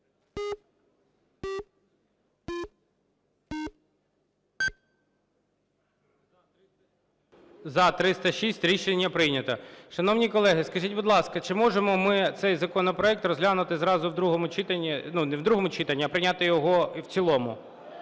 За – 306. Рішення прийнято. Шановні колеги, скажіть, будь ласка, чи можемо ми цей законопроект розглянути зразу в другому читанні… Ну, не в другому читанні, а прийняти його і в цілому?